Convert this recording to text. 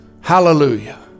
hallelujah